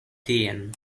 tien